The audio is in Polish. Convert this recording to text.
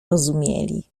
rozumieli